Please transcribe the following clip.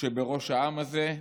שבראש העם הזה,